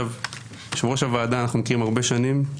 יושב-ראש הוועדה, אנחנו מכירים הרבה שנים,